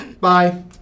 Bye